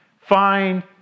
Find